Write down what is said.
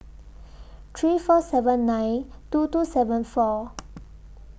three four seven nine two two seven four